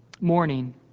morning